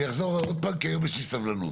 אני אחזור עוד פעם כי היום יש לי סבלנות.